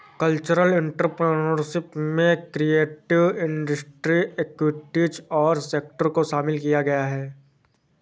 cultural entrepreneurship में creative industry activities और sector को शामिल किया गया है